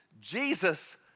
Jesus